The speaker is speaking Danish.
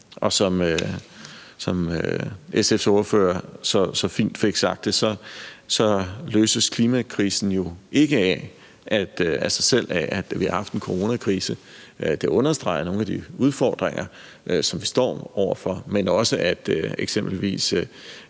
Som SF's ordfører så fint fik sagt det, så løses klimakrisen jo ikke af sig selv af, at vi har haft en coronakrise. Det understreger nogle af de udfordringer, som vi står over for, men også eksempelvis,